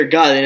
God